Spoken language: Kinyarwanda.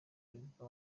perezida